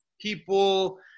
people